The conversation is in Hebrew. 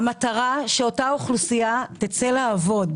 המטרה היא שאותה אוכלוסייה תצא לעבוד.